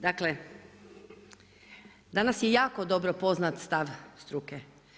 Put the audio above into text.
Dakle, danas je jako dobro poznat stav struke.